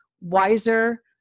wiser